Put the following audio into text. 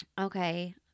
okay